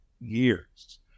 years